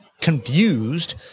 confused